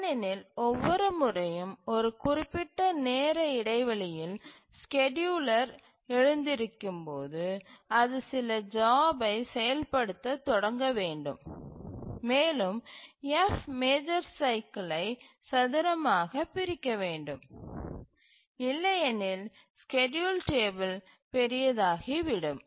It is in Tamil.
ஏனெனில் ஒவ்வொரு முறையும் ஒரு குறிப்பிட்ட நேர இடைவெளியில் ஸ்கேட்யூலர் எழுந்திருக்கும்போது அது சில ஜாப்யைச் செயல்படுத்தத் தொடங்க வேண்டும் மேலும் F மேஜர் சைக்கிலை சதுரமாகப் பிரிக்க வேண்டும் இல்லையெனில் ஸ்கேட்யூல் டேபிள் பெரியதாகி விடும்